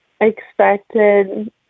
expected